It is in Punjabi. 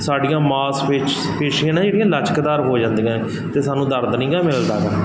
ਸਾਡੀਆਂ ਮਾਸਪੇਚ ਪੇਸ਼ੀਆਂ ਨਾ ਜਿਹੜੀਆਂ ਲਚਕਦਾਰ ਹੋ ਜਾਂਦੀਆਂ ਅਤੇ ਸਾਨੂੰ ਦਰਦ ਨਹੀਂ ਗਾ ਮਿਲਦਾ ਗਾ